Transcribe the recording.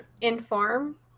inform